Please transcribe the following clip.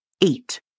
eight